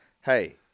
Hey